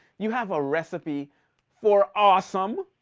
you have a recipe for awesome!